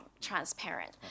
transparent